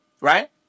Right